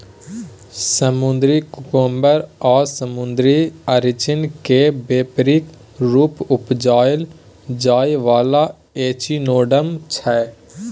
समुद्री कुकुम्बर आ समुद्री अरचिन केँ बेपारिक रुप उपजाएल जाइ बला एचिनोडर्म छै